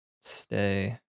stay